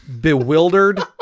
bewildered